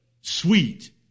sweet